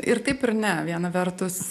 ir taip ir ne viena vertus